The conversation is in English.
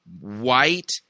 white